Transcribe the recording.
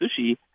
sushi